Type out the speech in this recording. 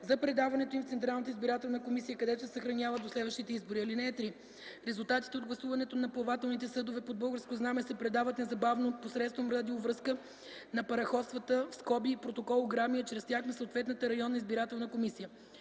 за предаването им в Централната избирателна комисия, където се съхраняват до следващите избори. (3) Резултатите от гласуването на плавателните съдове под българско знаме се предават незабавно посредством радиовръзка на параходствата (протокол–грами), а чрез тях на съответната районна избирателна комисия.